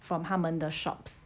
from 他们的 shops